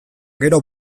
gero